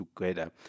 together